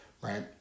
right